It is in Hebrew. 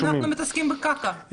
אז אנחנו מתעסקים בקקה.